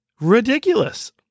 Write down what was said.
ridiculous